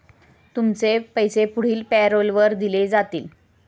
तुमचे पैसे पुढील पॅरोलवर दिले जातील